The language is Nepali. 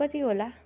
कति होला